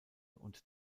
und